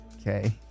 Okay